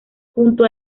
junto